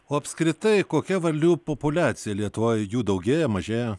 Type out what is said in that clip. o apskritai kokia varlių populiacija lietuvoj jų daugėja mažėja